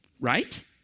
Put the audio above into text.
Right